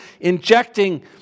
injecting